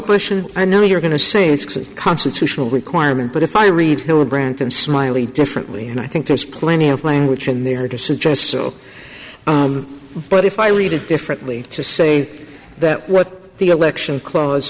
question i know you're going to say it's a constitutional requirement but if i read hillenbrand and smiley differently and i think there's plenty of language in there to suggest so but if i read it differently to say that what the election cla